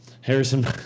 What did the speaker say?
Harrison